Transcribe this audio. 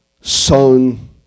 Sown